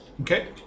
Okay